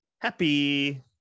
Happy